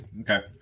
Okay